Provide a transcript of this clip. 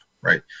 right